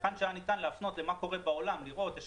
היכן שניתן היה להפנות לדוגמאות בעולם